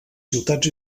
ciutats